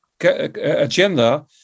agenda